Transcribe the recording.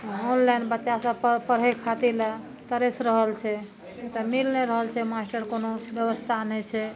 हँ ऑनलाइन बच्चा सब पढ़ैक खातिर लए तरैस रहल छै ओ तऽ मिल नहि रहल छै मास्टर कोनो व्यवस्था नहि छै